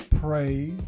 praise